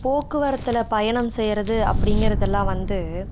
போக்குவரத்தில் பயணம் செய்கிறது அப்படிங்கிறதெல்லாம் வந்து